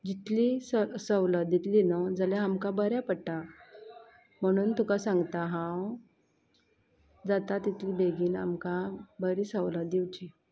जितले सव सवलत दितले न्हू जाल्या आमकां बरे पडटा म्हणून तुका सांगता हांव जाता तितल्या बेगीन आमकां बरी सवलत दिवची